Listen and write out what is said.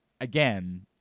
Again